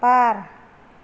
बार